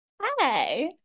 Hi